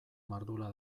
mardula